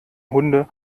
hunde